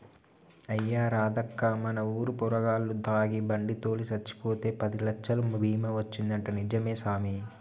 అయ్యా రాదక్కా మన ఊరు పోరగాల్లు తాగి బండి తోలి సచ్చిపోతే పదిలచ్చలు బీమా వచ్చిందంటా నిజమే సామి